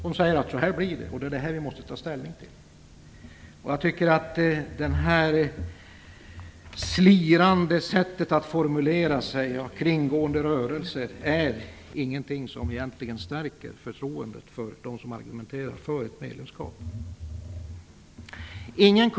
De säger att så här blir det, och det är detta som de måste ta ställning till. Det slirande sättet att formulera sig och de kringgående rörelserna är ingenting som stärker förtroendet för dem som argumenterar för ett medlemskap.